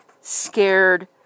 scared